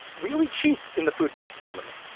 really cheap in the food bank economy.